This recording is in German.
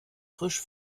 frisch